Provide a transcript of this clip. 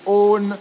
own